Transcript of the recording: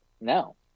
No